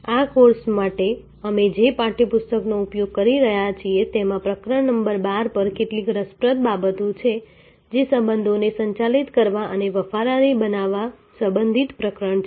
આ કોર્સ માટે અમે જે પાઠ્ય પુસ્તકનો ઉપયોગ કરી રહ્યા છીએ તેમાં પ્રકરણ નંબર 12 પર કેટલીક રસપ્રદ બાબતો છે જે સંબંધોને સંચાલિત કરવા અને વફાદારી બનાવવા સંબંધિત પ્રકરણ છે